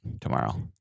tomorrow